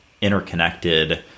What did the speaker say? interconnected